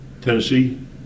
Tennessee